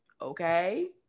okay